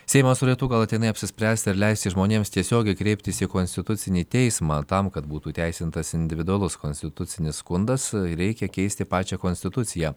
seimas turėtų galutinai apsispręsti ar leisti žmonėms tiesiogiai kreiptis į konstitucinį teismą tam kad būtų įteisintas individualus konstitucinis skundas reikia keisti pačią konstituciją